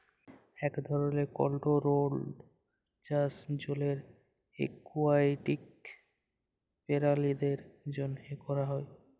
ইক ধরলের কলটোরোলড চাষ জলের একুয়াটিক পেরালিদের জ্যনহে ক্যরা হ্যয়